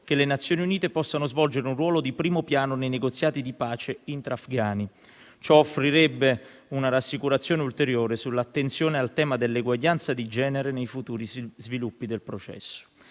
che le Nazioni Unite possano svolgere un ruolo di primo piano nei negoziati di pace intra-afghani. Ciò offrirebbe una rassicurazione ulteriore sull'attenzione al tema dell'eguaglianza di genere nei futuri sviluppi del processo.